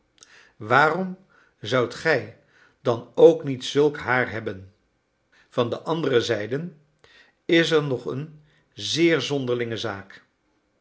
waarom zoudt gij dan ook niet zulk haar hebben van de andere zijde is er nog een zeer zonderlinge zaak